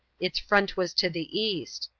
its front was to the east.